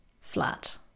flat